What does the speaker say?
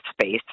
space